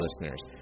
listeners